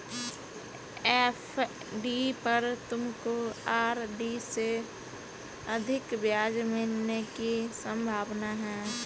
FD पर तुमको RD से अधिक ब्याज मिलने की संभावना है